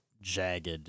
jagged